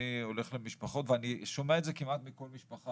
אני הולך למשפחות ואני שומע את זה כמעט מכל משפחה,